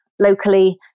locally